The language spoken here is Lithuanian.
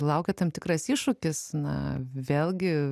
laukia tam tikras iššūkis na vėlgi